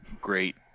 great